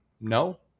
No